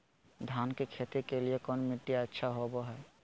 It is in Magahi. धान की खेती के लिए कौन मिट्टी अच्छा होबो है?